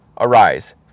Arise